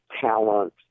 talent